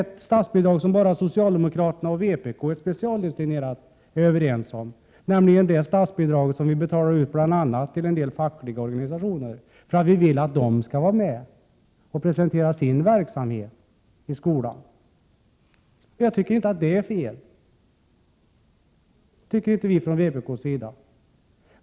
ett specialdestinerat statsbidrag som bara socialdemokraterna och vpk är överens om, nämligen det statsbidrag som vi betalar till en del fackliga organisationer, därför att vi vill att de skall presentera sin verksamhet i skolan. Jag tycker inte att det är fel. Det tycker inte vi från vpk:s sida.